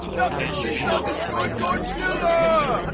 dr. seastar destroyed gourdzilla. okay,